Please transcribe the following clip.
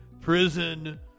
prison